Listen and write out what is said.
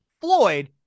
Floyd